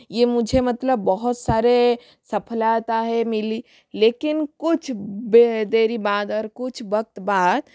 ये मुझे मतलब बहुत सारे सफलाता है मिली लेकिन कुछ वे देरी बाद कुछ वक्त बाद